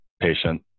patient